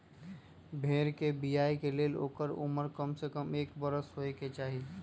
भेड़ कें बियाय के लेल ओकर उमर कमसे कम एक बरख होयके चाही